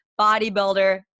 bodybuilder